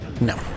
No